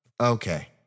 Okay